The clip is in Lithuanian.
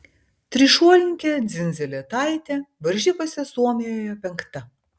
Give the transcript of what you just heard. trišuolininkė dzindzaletaitė varžybose suomijoje penkta